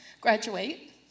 graduate